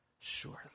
surely